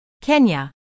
Kenya